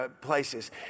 places